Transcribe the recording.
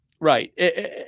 Right